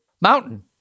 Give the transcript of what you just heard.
mountain